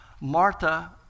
Martha